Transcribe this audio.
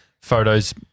photos